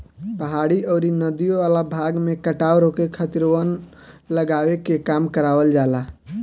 पहाड़ी अउरी नदियों वाला भाग में कटाव रोके खातिर वन लगावे के काम करवावल जाला